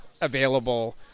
available